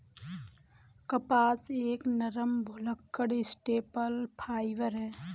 कपास एक नरम, भुलक्कड़ स्टेपल फाइबर है